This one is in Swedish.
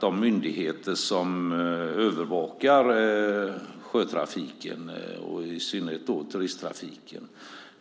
De myndigheter som övervakar sjötrafiken, i synnerhet turisttrafiken,